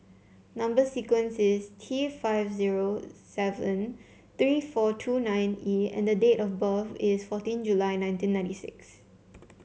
number sequence is T five zero seven three four two nine E and date of birth is fourteen July nineteen ninety six